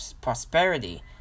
prosperity